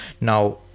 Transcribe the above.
Now